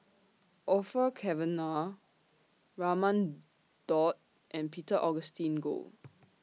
Orfeur Cavenagh Raman Daud and Peter Augustine Goh